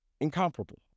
incomparable